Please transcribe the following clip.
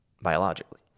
biologically